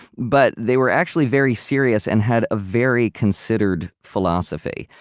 but they were actually very serious and had a very considered philosophy.